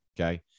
Okay